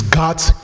god's